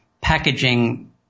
packaging